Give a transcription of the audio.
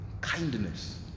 kindness